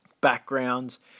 backgrounds